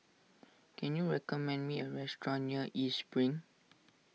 can you recommend me a restaurant near East Spring